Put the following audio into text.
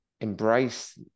embrace